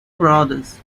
brothers